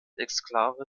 exklave